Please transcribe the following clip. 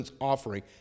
offering